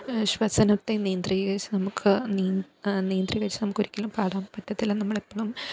ശ്വസനത്തെ നിയന്ത്രീകരിച്ച് നമുക്ക് നീ നമുക്ക് നിയന്ത്രീകരിച്ച് നമുക്കൊരിക്കലും പാടാൻ പറ്റത്തില്ല നമ്മൾ എപ്പോളും